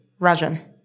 Rajan